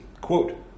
Quote